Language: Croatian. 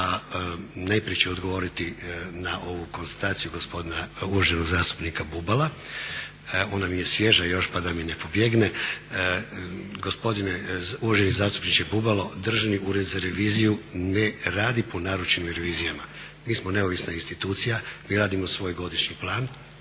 Najprije ću odgovoriti na ovu konstataciju gospodina, uvaženog zastupnika Bubala. Ona mi je svježa još pa da mi ne pobjegne. Gospodine uvaženi zastupniče Bubalo, Državni ured za reviziju ne radi po naručenim revizijama. Mi smo neovisna institucija, mi radimo svoj godišnji plan.